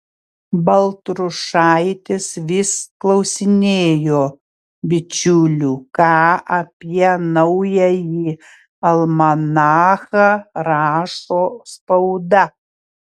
baltrušaitis vis klausinėjo bičiulių ką apie naująjį almanachą rašo spauda